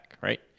right